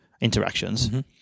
interactions